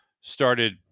started